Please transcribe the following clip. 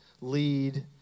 lead